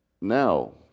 Now